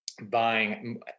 buying